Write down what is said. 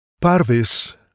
Parvis